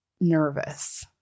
nervous